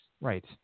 Right